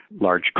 large